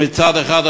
מצד אחד,